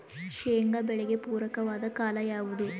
ಶೇಂಗಾ ಬೆಳೆಗೆ ಪೂರಕವಾದ ಕಾಲ ಯಾವುದು?